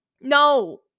no